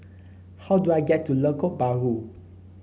how do I get to Lengkok Bahru